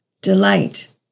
delight